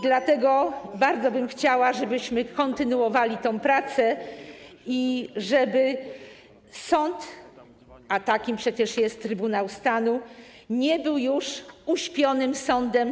Dlatego bardzo bym chciała, żebyśmy kontynuowali tę pracę i żeby sąd, a takim jest przecież Trybunał Stanu, nie był już uśpionym sądem.